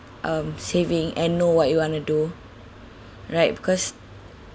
um saving and know what you wanna do right because